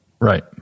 Right